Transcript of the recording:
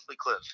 Cliff